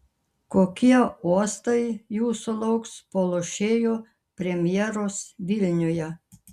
kokie uostai jūsų lauks po lošėjo premjeros vilniuje